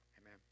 Amen